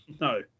No